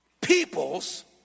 peoples